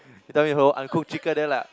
then we hold uncooked chicken there lah